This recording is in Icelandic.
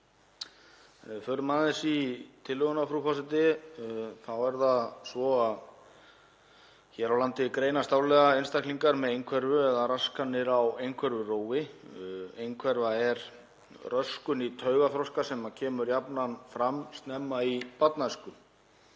þá er það svo að hér á landi greinast árlega einstaklingar með einhverfu eða raskanir á einhverfurófi. Einhverfa er röskun í taugaþroska sem kemur jafnan fram snemma í barnæsku.